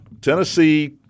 Tennessee